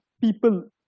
people